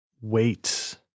wait